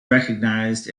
recognized